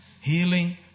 healing